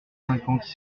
cinquante